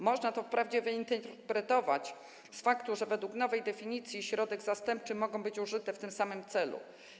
Można to wprawdzie wyinterpretować z faktu, że według nowej definicji środek zastępczy może być użyty w tym samym celu.